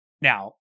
Now